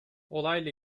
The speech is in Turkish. olayla